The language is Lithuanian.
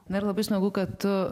na labai smagu kad tu